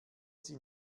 sie